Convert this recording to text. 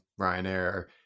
Ryanair